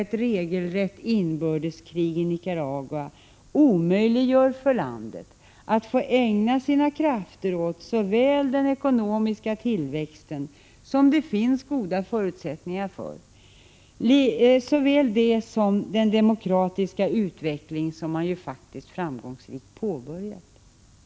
1985/86:117 regelrätt inbördeskrig i Nicaragua, omöjliggör för landet att få ägna sina 16 april 1986 krafter åt såväl den ekonomiska tillväxten — som det finns goda förutsättning ar för som den demokratiska utveckling som man faktiskt framgångsrikt har Re påbörjat. utvecklingssamarbete m.m.